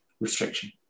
restriction